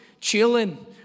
chilling